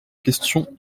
question